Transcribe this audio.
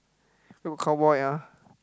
where got cowboy ah